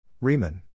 Riemann